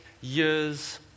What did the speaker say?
years